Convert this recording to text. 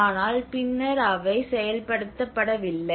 ஆனால் பின்னர் அவை செயல்படுத்தப்படவில்லை